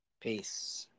Peace